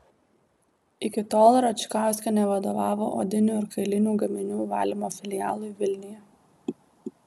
iki tol račkauskienė vadovavo odinių ir kailinių gaminių valymo filialui vilniuje